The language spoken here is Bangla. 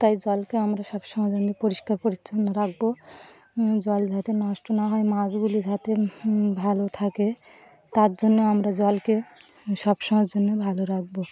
তাই জলকে আমরা সবসময়ের জন্য পরিষ্কার পরিচ্ছন্ন রাখব জল যাতে নষ্ট না হয় মাছগুলি যাতে ভালো থাকে তার জন্য আমরা জলকে সব সময়ের জন্য ভালো রাখবো